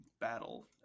battle